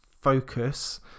focus